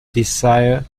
desired